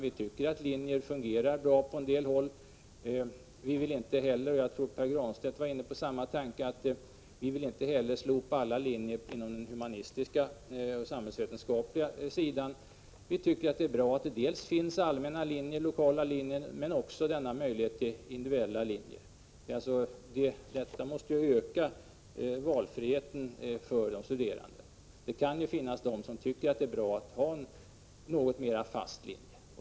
Det finns linjer som fungerar bra på vissa håll. Vi vill inte heller slopa alla linjer inom de humanistiska och samhällsvetenskapliga fakulteterna — jag tror att Pär Granstedt var inne på samma tanke. Vi tycker att det är bra att det finns dels allmänna och lokala linjer, dels en möjlighet att gå individuella linjer. Detta måste öka valfriheten för de studerande. Det kan finnas studerande som tycker att det är positivt med en något mera fast linje.